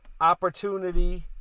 opportunity